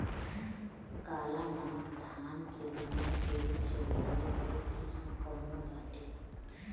काला नमक धान के बिया के उच्च उपज वाली किस्म कौनो बाटे?